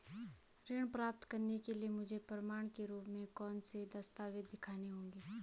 ऋण प्राप्त करने के लिए मुझे प्रमाण के रूप में कौन से दस्तावेज़ दिखाने होंगे?